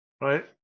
Right